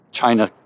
China